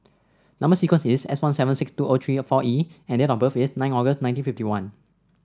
number sequence is S one seven six two O three four E and date of birth is nine August nineteen fifty one